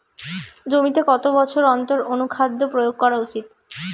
জমিতে কত বছর অন্তর অনুখাদ্য প্রয়োগ করা উচিৎ?